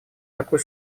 такой